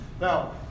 Now